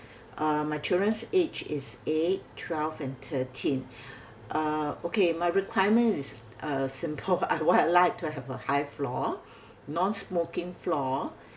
uh my children's age is eight twelve and thirteen uh okay my requirement is uh simple I would like to have a high floor non smoking floor